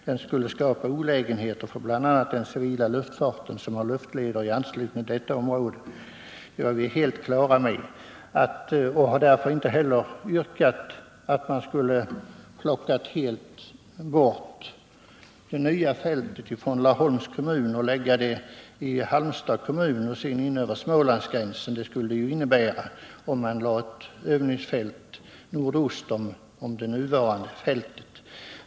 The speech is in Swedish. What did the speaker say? Den skulle skapa olägenheter för bl.a. den civila luftfarten, som har luftleder i anslutning till detta område.” Detta är vi helt på det klara med och har därför inte heller yrkat på att man skall plocka bort det nya fältet från Laholms kommun och lägga det i Halmstads kommun in över Smålandsgränsen, vilket skulle bli fallet om man lade det nya övningsfältet nordost om det nuvarande fältet.